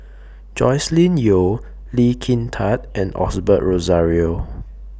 Joscelin Yeo Lee Kin Tat and Osbert Rozario